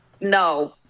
No